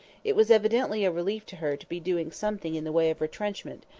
it was evidently a relief to her to be doing something in the way of retrenchment,